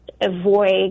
avoid